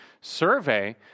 survey